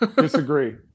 disagree